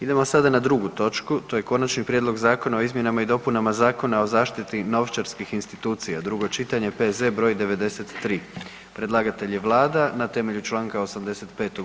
Idemo sada na drugu točku, to je: - Konačni prijedlog zakona o izmjenama i dopunama Zakona zaštiti novčarskih institucija, drugo čitanje, P.Z. br. 93; Predlagatelj je Vlada RH na temelju članka 85.